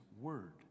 word